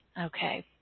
Okay